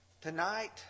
Tonight